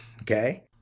Okay